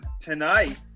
tonight